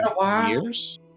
years